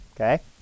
Okay